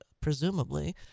presumably